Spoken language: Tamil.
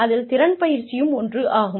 அதில் திறன் பயிற்சியும் ஒன்று ஆகும்